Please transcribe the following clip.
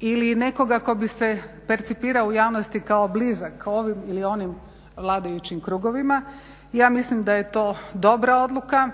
ili nekoga tko bi se percipirao u javnosti kao blizak ovim ili onim vladajućim krugovima. Ja mislim da je to dobra odluka,